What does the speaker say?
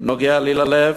נוגע לי ללב,